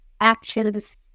actions